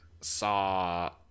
saw